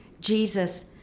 Jesus